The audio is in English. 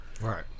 right